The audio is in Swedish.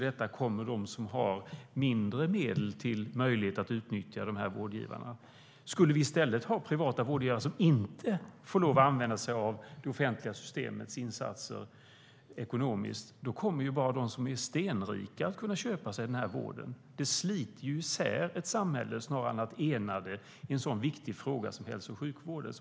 Även de som har mindre resurser har möjlighet att utnyttja dessa vårdgivare. Skulle vi i stället ha privata vårdgivare som inte kan utnyttja det offentliga systemet ekonomiskt, då kommer bara de som är stenrika att kunna köpa sig vård. Det sliter ju isär ett samhälle snarare än att ena det i en så viktig fråga som hälso och sjukvården.